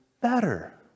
better